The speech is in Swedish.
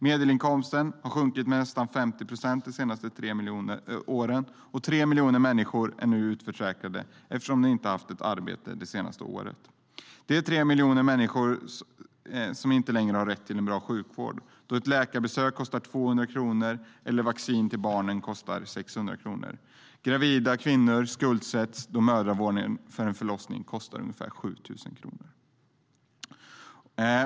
Medelinkomsten har sjunkit med nästan 50 procent de senaste tre åren. Och 3 miljoner människor är nu utförsäkrade, eftersom de inte har haft arbete det senaste året. Det är 3 miljoner människor som inte längre har rätt till bra sjukvård, då ett läkarbesök kostar 200 kronor eller vaccin till barnen kostar 600. Gravida kvinnor skuldsätts då mödravård för en förlossning kostar ungefär 7 000 kronor.